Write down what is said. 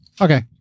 Okay